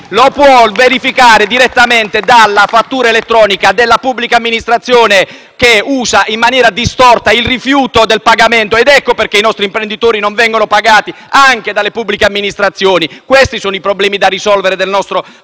lo può verificare direttamente dalla fattura elettronica della pubblica amministrazione, che usa in maniera distorta il rifiuto del pagamento. Ecco perché i nostri imprenditori non vengono pagati anche dalle pubbliche amministrazioni. Questi sono i problemi da risolvere del nostro